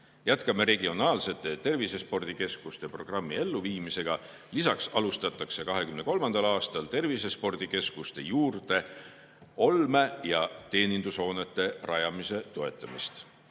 Jätkame regionaalsete tervisespordikeskuste programmi elluviimist. Lisaks alustatakse 2023. aastal tervisespordikeskuste juurde olme‑ ja teenindushoonete rajamise toetamist.